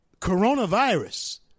coronavirus